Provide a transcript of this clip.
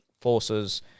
forces